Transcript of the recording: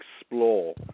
explore